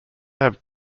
have